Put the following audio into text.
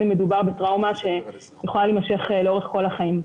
אם זה טראומה שיכולה להימשך לאורך כל החיים.